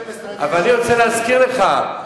אבל אני רוצה להזכיר לך,